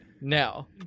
now